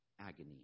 agony